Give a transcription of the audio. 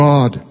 God